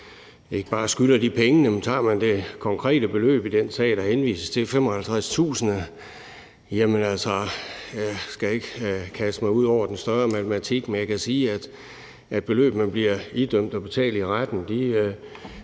ikke bare penge, for lad os tage det konkrete beløb i den sag, der henvises til, 55.000 kr. Nu skal jeg ikke kaste mig ind i den større matematik, men jeg kan sige, at beløb, man bliver idømt at betale i retten, lige